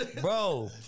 Bro